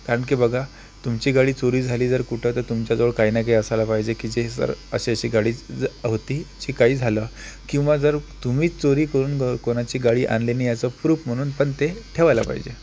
कारण की बघा तुमची गाडी चोरी झाली जर कुठं तर तुमच्याजवळ काही नाही असायला पाहिजे की जे जर अशी अशी गाडी होती जी काय झालं किंवा जर तुम्हीच चोरी करून कोणाची गाडी आणली नाही याचं प्रूप म्हणून पण ते ठेवायला पाहिजे